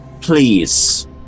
please